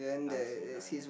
dancing guy